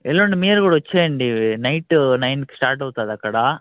ఎల్లుండి మీరు కూడా వచ్చేయండి నైట్ నైన్కి స్టార్ట్ అవుతుంది అక్కడ